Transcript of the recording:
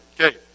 Okay